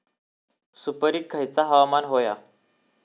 सुपरिक खयचा हवामान होया?